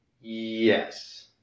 Yes